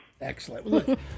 Excellent